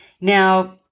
Now